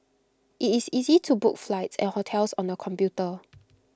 IT is easy to book flights and hotels on the computer